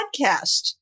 podcast